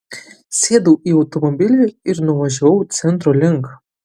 sėdau į automobilį ir nuvažiavau centro link